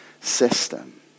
system